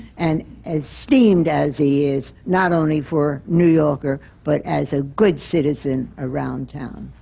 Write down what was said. and esteemed as he is, not only for new yorker, but as a good citizen around town.